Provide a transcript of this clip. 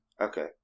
Okay